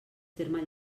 terme